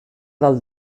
del